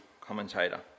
commentator